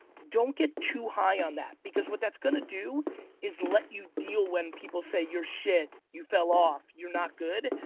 don't get too high on that because what that's gonna do is let you deal when people say you're shit, you fell off, you're not good.